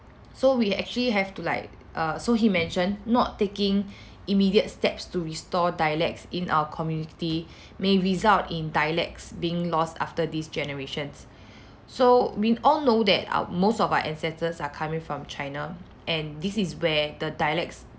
so we actually have to like uh so he mentioned not taking immediate steps to restore dialects in our community may result in dialects being lost after this generation so we all know that uh most of our ancestors are coming from china and this is where the dialects